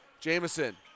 Jameson